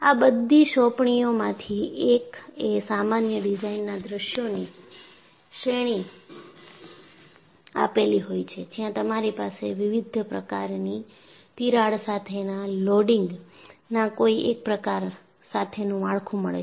આ બધી સોંપણીઓમાંથી એક એ સામાન્ય ડિઝાઇનના દૃશ્યોની શ્રેણી આપેલી હોય છે જ્યાં તમારી પાસે વિવિધ પ્રકારની તિરાડ સાથેના લોડિંગના કોઈ એક પ્રકાર સાથેનું માળખું મળે છે